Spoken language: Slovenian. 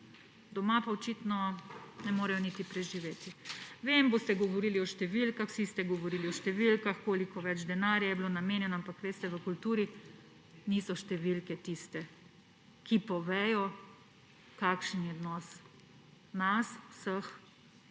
Doma pa očitno ne morejo niti preživeti. Vem, govorili boste o številkah, vsi ste govorili o številkah, koliko več denarja je bilo namenjeno, ampak v kulturi niso številke tiste, ki povejo, kakšen je odnos nas vseh